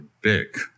big